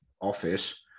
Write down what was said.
office